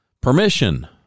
permission